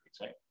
right